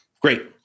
great